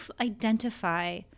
identify